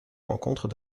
rencontrent